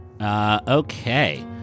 Okay